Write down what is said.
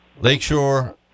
Lakeshore